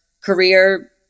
career